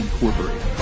Incorporated